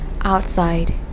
outside